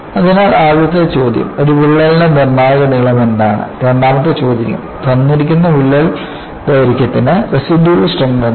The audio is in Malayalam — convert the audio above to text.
അതിനാൽ ആദ്യത്തെ ചോദ്യം ഒരു വിള്ളലിന്റെ നിർണായക നീളം എന്താണ് രണ്ടാമത്തെ ചോദ്യം തന്നിരിക്കുന്ന വിള്ളൽ ദൈർഘ്യത്തിന് റസിഡ്യൂവൽ സ്ട്രെങ്ത് എന്താണ്